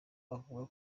avuga